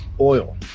oil